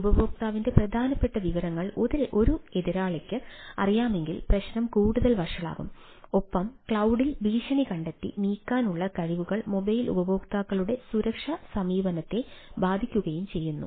ഉപയോക്താവിന്റെ പ്രധാനപ്പെട്ട വിവരങ്ങൾ ഒരു എതിരാളിക്ക് അറിയാമെങ്കിൽ പ്രശ്നം കൂടുതൽ വഷളാകും ഒപ്പം ക്ലൌഡിൽ ഭീഷണി കണ്ടെത്തി നീക്കാൻ ഉള്ള കഴിവുകൾ മൊബൈൽ ഉപയോക്താക്കളുടെ സുരക്ഷ സമീപനത്തെ ബാധിക്കുകയും ചെയ്യുന്നു